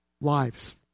lives